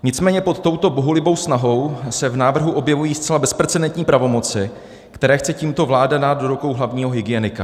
Nicméně pod touto bohulibou snahou se v návrhu objevují zcela bezprecedentní pravomoci, které chce tímto vláda dát do rukou hlavního hygienika.